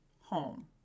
home